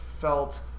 felt